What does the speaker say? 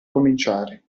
cominciare